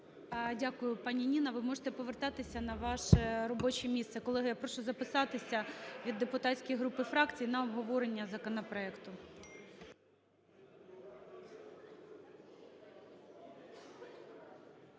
Дякую, пані Ніна. Ви можете повертатися на ваше робоче місце. Колеги, я прошу записатися від депутатських груп і фракцій на обговорення законопроекту.